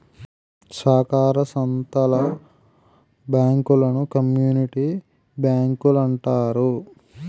సాకార సంత్తల బ్యాంకులను కమ్యూనిటీ బ్యాంకులంటారు